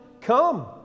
come